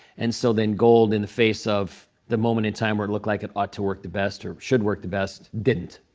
and so then gold, in the face of the moment in time where it looked like it ought to work the best or should work the best, didn't.